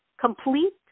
complete